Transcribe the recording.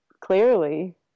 clearly